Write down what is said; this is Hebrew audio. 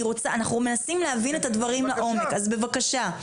אנחנו מנסים להבין את הדברים לעומק, אז בבקשה.